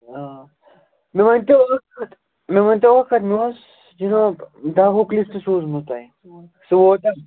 آ مےٚ ؤنۍ تَو مےٚ ؤنۍ تَو اَکھ کَتھ مےٚ اوس جناب دَوہُک لِسٹہٕ سوٗزمُت تۄہہِ سُہ ووتاہ